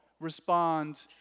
Respond